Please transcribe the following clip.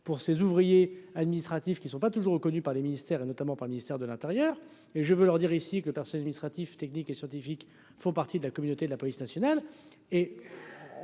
pour ses ouvriers, administratifs qui ne sont pas toujours reconnus par les ministères et notamment par le ministère de l'Intérieur et je veux leur dire ici que le personnel administratif, technique et scientifique, ils font partie de la communauté de la police nationale